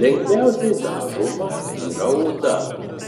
lengviausiai dažoma yra oda